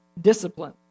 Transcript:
discipline